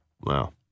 Wow